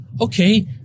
Okay